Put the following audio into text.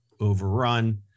overrun